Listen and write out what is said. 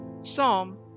Psalm